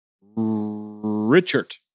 Richard